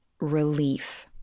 relief